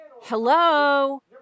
Hello